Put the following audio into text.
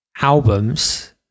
albums